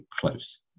close